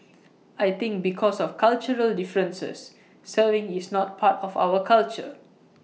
I think because of cultural differences serving is not part of our culture